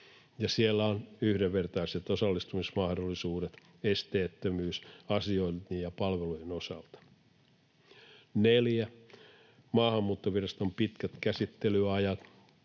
siellä on yhdenvertaiset osallistumismahdollisuudet, esteettömyys asioinnin ja palveluiden osalta. 4) Maahanmuuttoviraston pitkät käsittelyajat